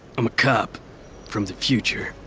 i'm a cop from the future.